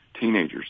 teenagers